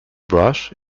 brush